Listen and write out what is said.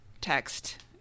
text